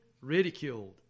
ridiculed